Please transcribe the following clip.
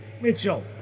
Mitchell